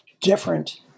different